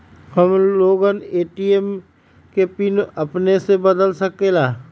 हम लोगन ए.टी.एम के पिन अपने से बदल सकेला?